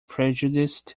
prejudiced